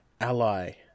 ally